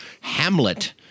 Hamlet